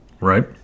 Right